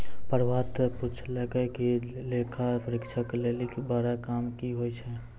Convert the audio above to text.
प्रभात पुछलकै जे लेखा परीक्षक लेली बड़ा काम कि होय छै?